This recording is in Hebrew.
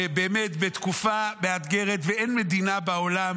באמת בתקופה מאתגרת, אין מדינה בעולם